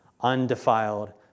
undefiled